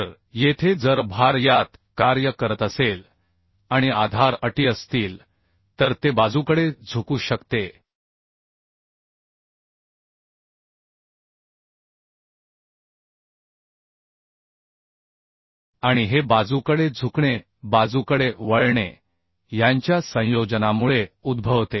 तर येथे जर भार यात कार्य करत असेल आणि आधार अटी असतील तर ते बाजूकडे झुकू शकते आणि हे बाजूकडे झुकणे बाजूकडे वळणे यांच्या संयोजनामुळे उद्भवते